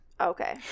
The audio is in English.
okay